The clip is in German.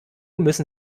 müssen